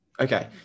Okay